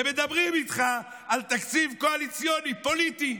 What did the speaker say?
ומדברים איתך על תקציב קואליציוני פוליטי.